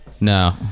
No